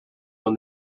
when